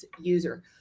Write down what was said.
user